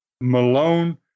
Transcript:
Malone